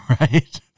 Right